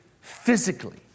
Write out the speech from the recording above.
physically